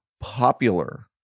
popular